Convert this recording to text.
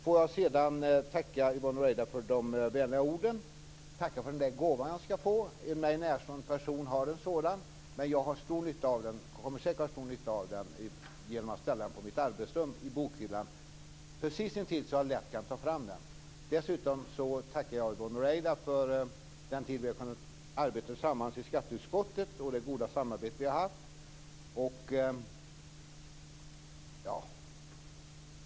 Får jag sedan tacka Yvonne Ruwaida för de vänliga orden och för den bokgåva som jag ska få. En mig närstående person har en sådan bok men jag kommer säkert ha stor nytta av den genom att ha den i mitt arbetsrum på bokhyllan så att jag lätt kan ta fram den. Dessutom tackar jag Yvonne Ruwaida för den tid som vi kunnat arbeta tillsammans i skatteutskottet och för det goda samarbete som vi haft.